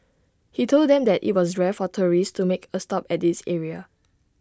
he told them that IT was rare for tourists to make A stop at this area